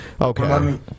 Okay